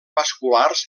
vasculars